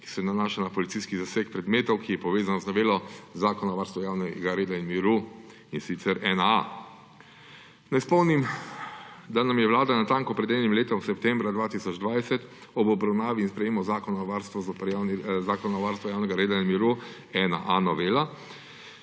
ki se nanaša na policijski zaseg predmetov, ki je povezan z novelo Zakona o varstvu javnega reda in miru, in sicer ZJRM-1A. Naj spomnim, da nam je Vlada natanko pred enim letom, septembra 2020, ob obravnavi in sprejetju Zakona o varstvu javnega reda in miru, novela